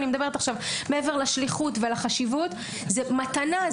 מעבר לשליחות ולחשיבות - זו מתנה.